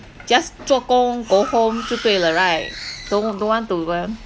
just zuo gong go home 就对了 right don't don't want to go and